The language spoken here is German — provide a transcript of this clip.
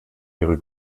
ihre